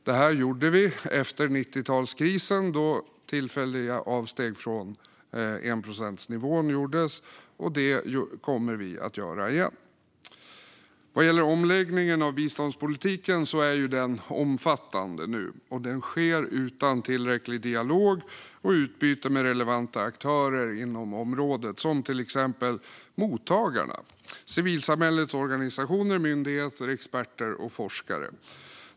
Det gjorde vi efter 90-talskrisen då tillfälliga avsteg från enprocentsnivån gjordes, och det kommer vi att göra igen. Omläggningen av biståndspolitiken är nu omfattande och sker utan tillräcklig dialog och utbyte med relevanta aktörer inom området, till exempel mottagarna, civilsamhällets organisationer, myndigheter, experter och forskare.